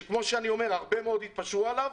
שכפי שאני אומר רבים מאוד התפשרו עליו.